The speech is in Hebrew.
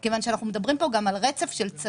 יש מס בגובה של 270%. על 100 מיליליטר יש 7000% מס.